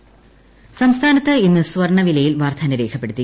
സ്വർണ്ണം സംസ്ഥാനത്ത് ഇന്ന് സ്വർണവിലയിൽ വർധന രേഖപ്പെടുത്തി